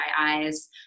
eyes